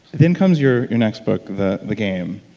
then comes your your next book, the the game,